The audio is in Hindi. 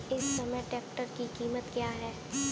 इस समय ट्रैक्टर की कीमत क्या है?